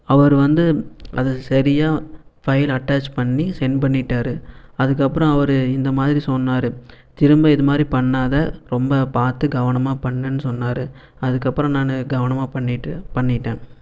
அவர் வந்து அது சரியாக ஃபைலை அட்டாச் பண்ணி சென்ட் பண்ணிட்டார் அதற்கப்பறம் அவர் இந்தமாதிரி சொன்னார் திரும்ப இது மாரி பண்ணாத ரொம்ப பார்த்து கவனமாக பண்ணுன்னு சொன்னார் அதற்கப்பறம் நான் கவனமாக பண்ணிவிட்டு பண்ணிவிட்டேன்